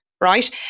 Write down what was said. right